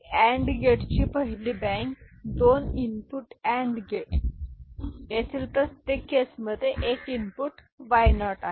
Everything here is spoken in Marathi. तर एन्ड गेटची पहिली बँक २ इनपुट अँड गेट यातील प्रत्येक केस मध्ये एक इनपुट y0 आहे